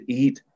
eat